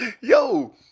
Yo